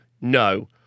No